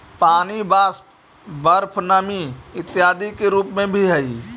पानी वाष्प, बर्फ नमी इत्यादि के रूप में भी हई